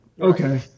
Okay